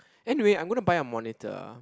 anyway I'm going to buy a monitor